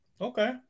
Okay